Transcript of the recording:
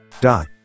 dot